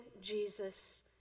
Jesus